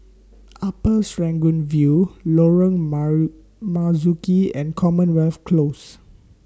Upper Serangoon View Lorong Marzuki and Commonwealth Close